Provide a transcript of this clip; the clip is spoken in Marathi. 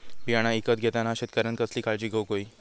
बियाणा ईकत घेताना शेतकऱ्यानं कसली काळजी घेऊक होई?